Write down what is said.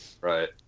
Right